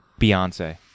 Beyonce